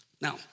Now